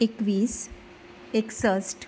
एकवीस एकसठ